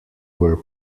were